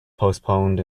postponed